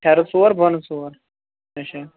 ہیرٕ ژور بۄنہٕ ژور اَچھا